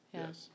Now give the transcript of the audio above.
Yes